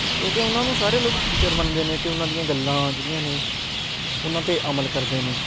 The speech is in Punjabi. ਕਿਉਂਕਿ ਉਹਨਾਂ ਨੂੰ ਸਾਰੇ ਲੋਕ ਟੀਚਰ ਮੰਨਦੇ ਨੇ ਅਤੇ ਉਹਨਾਂ ਦੀਆਂ ਗੱਲਾਂ ਜਿਹੜੀਆਂ ਨੇ ਉਹਨਾਂ 'ਤੇ ਅਮਲ ਕਰਦੇ ਨੇ